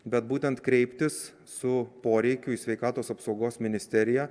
bet būtent kreiptis su poreikiu sveikatos apsaugos ministeriją